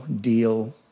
deal